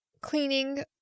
cleaning